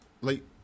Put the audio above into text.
late